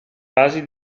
vasi